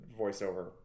voiceover